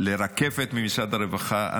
לרקפת ממשרד הרווחה.